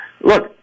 Look